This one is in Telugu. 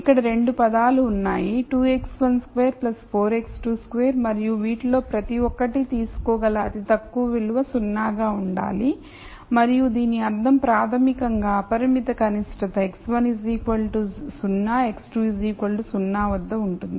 ఇక్కడ 2 పదాలు ఉన్నాయి 2 x12 4 x22 మరియు వీటిలో ప్రతి ఒక్కటి తీసుకోగల అతి తక్కువ విలువ 0 గా ఉండాలి మరియు దీని అర్థం ప్రాథమికంగా అపరిమిత కనిష్టత x1 0 x2 0 వద్ద ఉంటుంది